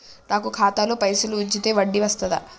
నాకు ఖాతాలో పైసలు ఉంచితే వడ్డీ వస్తదా?